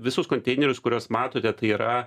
visus konteinerius kuriuos matote tai yra